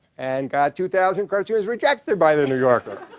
and got two thousand cartoons rejected by the new yorker.